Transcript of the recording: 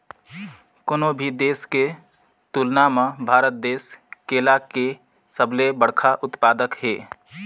कोनो भी देश के तुलना म भारत देश केला के सबले बड़खा उत्पादक हे